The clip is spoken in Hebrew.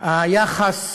היחס